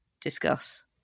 Discuss